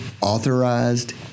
authorized